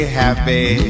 happy